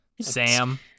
Sam